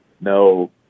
No